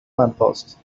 lamppost